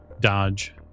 Dodge